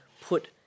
put